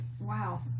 wow